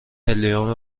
هلیوم